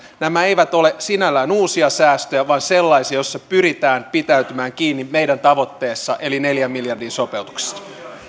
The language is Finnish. nämä eivät ole sinällään uusia säästöjä vaan sellaisia joissa pyritään pitäytymään kiinni meidän tavoitteessamme eli neljän miljardin sopeutuksissa